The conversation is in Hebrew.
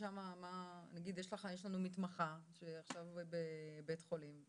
נגיד יש לנו מתמחה שעכשיו בבית חולים.